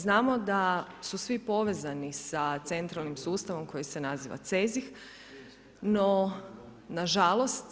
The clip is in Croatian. Znamo da su svi povezani sa centralnim sustavom koji se naziva CEZIH, ono nažalost